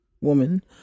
woman